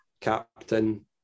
captain